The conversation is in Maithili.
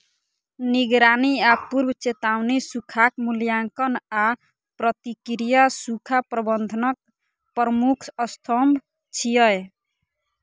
निगरानी आ पूर्व चेतावनी, सूखाक मूल्यांकन आ प्रतिक्रिया सूखा प्रबंधनक प्रमुख स्तंभ छियै